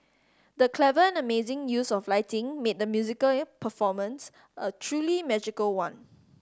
the clever and amazing use of lighting made the musical performance a truly magical one